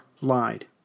lied